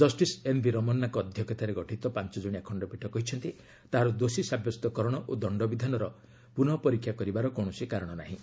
justice NV ରମନ୍ଦାଙ୍କ ଅଧ୍ୟକ୍ଷତାରେ ଗଠିତ ପାଞ୍ଚ ଜଣିଆ ଖଣ୍ଡପୀଠ କହିଛନ୍ତି ତାହାର ଦୋଷୀ ସାବ୍ୟସ୍ତକରଣ ଓ ଦଶ୍ଡ ବିଧାନର ପ୍ରନଃ ପରୀକ୍ଷା କରିବାର କୌଣସି କାରଣ ନାହିଁ